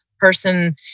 person